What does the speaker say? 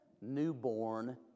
newborn